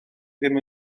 ddim